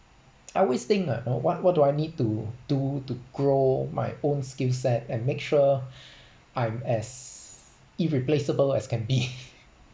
I always think ah on what what do I need to do to grow my own skill set and make sure I'm as irreplaceable as can be